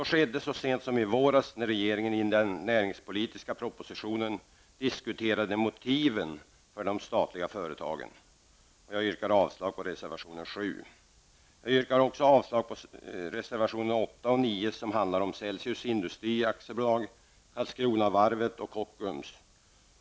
Det skedde så sent som i våras då regeringen i den näringspolitiska propositionen diskuterade motiven för de statliga företagen. Jag yrkar därmed avslag på reservation 7. Jag yrkar också avslag på reservationerna 8 och 9 Karlskronavarvet och Kockums.